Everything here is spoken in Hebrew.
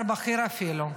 ושר בכיר אפילו,